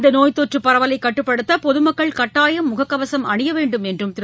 இந்தநோய்த்தொற்றபரவலைகட்டுப்படுத்தபொதுமக்கள் கட்டாயம் முகக்கவசம் அணியவேண்டும் என்றும் திரு